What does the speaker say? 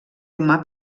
humà